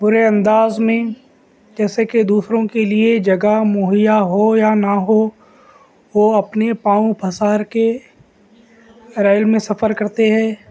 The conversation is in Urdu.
بُرے انداز میں جیسے کہ دوسروں کے لیے جگہ مہیا ہو یا نہ ہو وہ اپنے پاؤں پسار کے ریل میں سفر کرتے ہیں